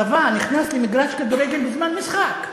צבא נכנס למגרש כדורגל בזמן משחק.